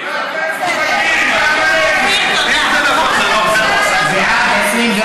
36. אפרופו התלונות של מי שהיה בחוץ,